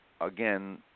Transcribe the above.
again